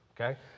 okay